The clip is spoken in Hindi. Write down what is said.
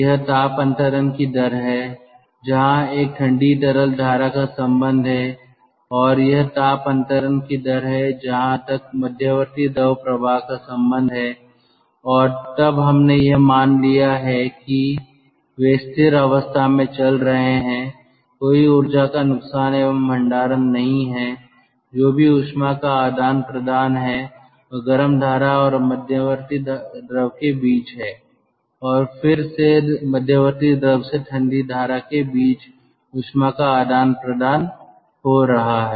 यह ताप अंतरण की दर है जहाँ तक ठंडी तरल धारा का संबंध है और यह ताप अंतरण की दर है जहाँ तक मध्यवर्ती द्रव प्रवाह का संबंध है और तब हमने यह मान लिया है कि वे स्थिर अवस्था में चल रहे हैं कोई ऊर्जा का नुकसान एवं भंडारण नहीं है जो भी ऊष्मा का आदान प्रदान है वह गर्म धारा और मध्यवर्ती द्रव के बीच है और फिर से मध्यवर्ती द्रव से ठंडी धारा के बीच ऊष्मा का आदान प्रदान हो रहा है